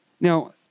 Now